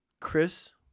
Chris –